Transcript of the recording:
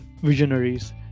visionaries